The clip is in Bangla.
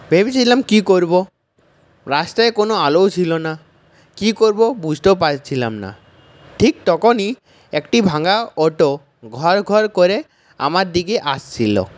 ভেবেছিলাম কি করব রাস্তায় কোনো আলোও ছিল না কি করব বুঝতেও পারছিলাম না ঠিক তখনই একটি ভাঙা অটো ঘড়ঘড় করে আমার দিকে আসছিল